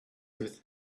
with